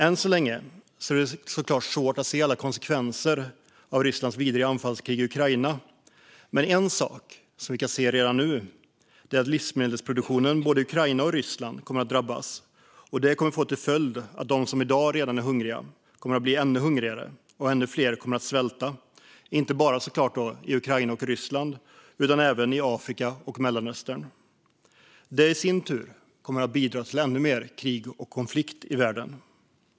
Än så länge är det svårt att se alla konsekvenser av Rysslands vidriga anfallskrig i Ukraina, men en sak som vi kan se redan nu är att livsmedelsproduktionen i både Ukraina och Ryssland kommer att drabbas. Det kommer att få till följd att de som redan i dag är hungriga kommer att bli ännu hungrigare. Ännu fler kommer att svälta, inte bara i Ukraina och Ryssland utan även i Afrika och Mellanöstern. Det kommer i sin tur att bidra till ännu mer krig och konflikter i världen.